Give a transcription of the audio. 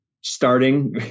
starting